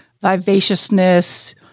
vivaciousness